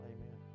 Amen